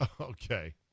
Okay